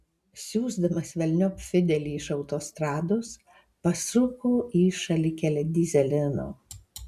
siųsdamas velniop fidelį iš autostrados pasuko į šalikelę dyzelino